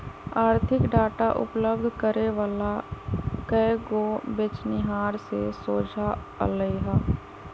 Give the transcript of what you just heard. आर्थिक डाटा उपलब्ध करे वला कएगो बेचनिहार से सोझा अलई ह